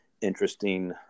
Interesting